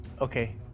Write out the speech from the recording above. Okay